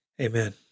Amen